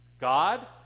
God